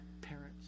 parents